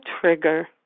trigger